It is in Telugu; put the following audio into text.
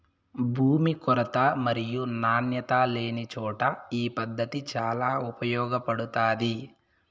భూమి కొరత మరియు నాణ్యత లేనిచోట ఈ పద్దతి చాలా ఉపయోగపడుతాది